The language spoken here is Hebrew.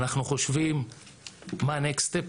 אנחנו חושבים מה הנקסט סטפ,